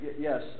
yes